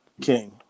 King